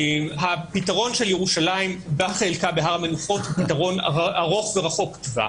הפתרון של ירושלים בחלקה בהר המנוחות הוא פתרון ארוך ורחוק טווח.